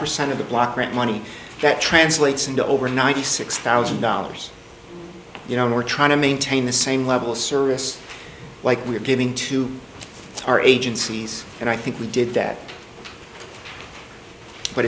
percent of the block grant money that translates into over ninety six thousand dollars you know we're trying to maintain the same level service like we're giving to our agencies and i think we did that but